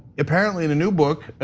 apparently in the new book,